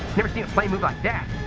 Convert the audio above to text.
never seen a flight move like that.